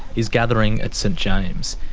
is gathering at st james.